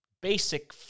basic